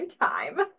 time